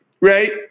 right